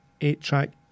eight-track